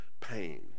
pain